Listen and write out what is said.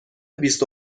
بیست